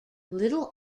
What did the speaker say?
little